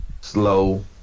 slow